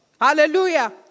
hallelujah